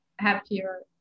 happier